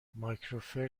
مایکروفر